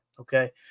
Okay